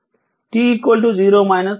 t 0 లేదా t 0